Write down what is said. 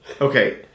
Okay